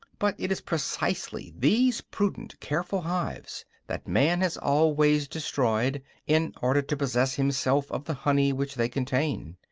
but it is precisely these prudent, careful hives that man has always destroyed in order to possess himself of the honey which they contained.